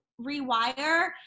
rewire